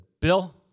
Bill